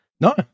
No